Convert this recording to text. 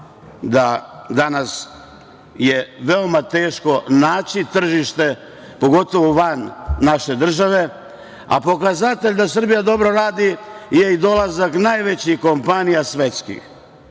da danas je veoma teško naći tržište, pogotovo van naše države, a pokazatelj da Srbija dobro radi je i dolazak najvećih svetskih